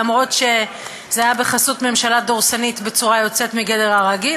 אף שזה היה בחסות ממשלה דורסנית בצורה יוצאת מגדר הרגיל,